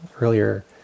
earlier